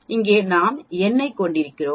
இங்கே நாம் n ஐக் கொண்டிருக்கிறோம்